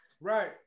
Right